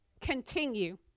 continue